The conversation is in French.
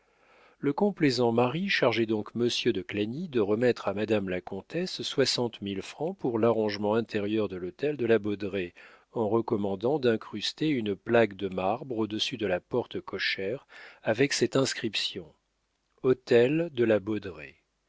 le complaisant mari chargeait donc monsieur de clagny de remettre à madame la comtesse soixante mille francs pour l'arrangement intérieur de l'hôtel de la baudraye en recommandant d'incruster une plaque de marbre au-dessus de la porte cochère avec cette inscription hôtel de la